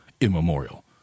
immemorial